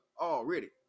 already